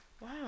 wow